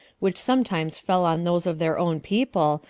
which sometimes fell on those of their own people,